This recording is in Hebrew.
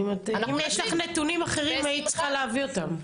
אם יש לך נתונים אחרים, היית צריכה להביא אותם.